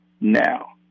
now